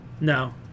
No